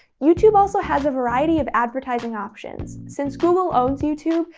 youtube also has a variety of advertising options. since google owns youtube,